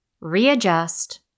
readjust